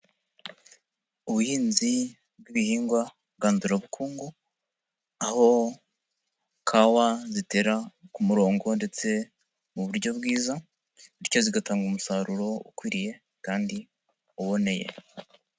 Ubuhinzi bw'ibihingwa ngandurabukungu aho kawa bazitera ku murongo ndetse mu buryo bwiza bityo zigatanga umusaruro ukwiriye kandi uboneye.